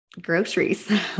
groceries